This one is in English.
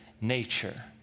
nature